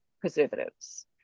preservatives